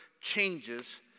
changes